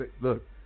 Look